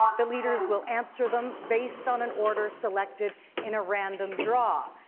the leaders will answer them based on an order selected in a random draw.